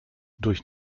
durch